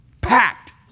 Packed